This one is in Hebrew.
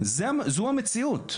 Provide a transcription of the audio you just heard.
זו המציאות.